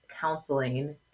counseling